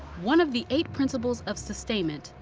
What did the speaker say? one of the eight principles of sustainment,